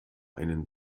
einen